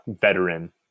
veteran